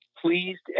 pleased